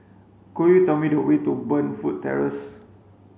could you tell me the way to Burnfoot Terrace